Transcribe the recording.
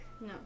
No